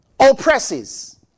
Oppresses